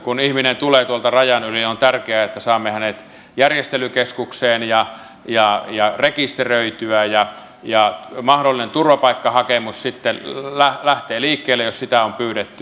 kun ihminen tulee tuolta rajan yli niin on tärkeää että saamme hänet järjestelykeskukseen ja rekisteröityä ja mahdollinen turvapaikkahakemus sitten lähtee liikkeelle jos sitä on pyydetty